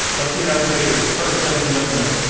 let's meet our debaters. first, ladies and gentlemen,